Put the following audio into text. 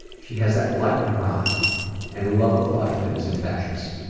she has that light in her eye and love of life that is infectious.